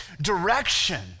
direction